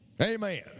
Amen